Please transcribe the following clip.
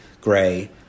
gray